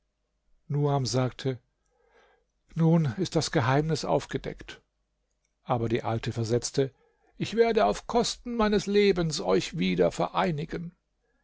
nuam sagte nun ist das geheimnis aufgedeckt aber die alte versetzte ich werde auf kosten meines lebens euch wieder vereinigen